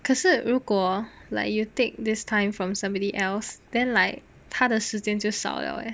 可是如果 like you take this time from somebody else then like 他的时间就少 liao eh